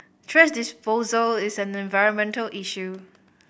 thrash disposal is an environmental issue